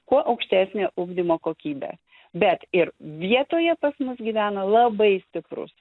kuo aukštesnę ugdymo kokybę bet ir vietoje pas mus gyvena labai stiprūs